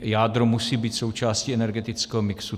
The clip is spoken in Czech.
Jádro musí být součástí energetického mixu.